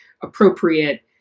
appropriate